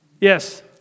Yes